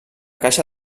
caixa